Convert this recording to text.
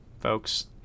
folks